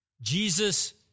Jesus